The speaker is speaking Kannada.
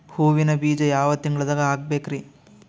ಹೂವಿನ ಬೀಜ ಯಾವ ತಿಂಗಳ್ದಾಗ್ ಹಾಕ್ಬೇಕರಿ?